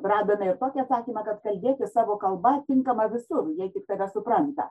radome ir tokį atsakymą kad kalbėti savo kalba tinkama visur jie tik tave supranta